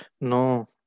No